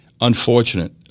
unfortunate